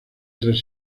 tres